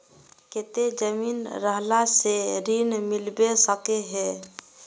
केते जमीन रहला से ऋण मिलबे सके है?